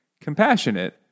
compassionate